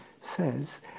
says